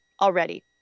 already